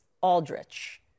Aldrich